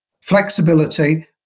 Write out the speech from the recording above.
flexibility